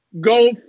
Go